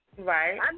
right